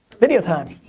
video time.